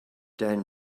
dan